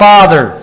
Father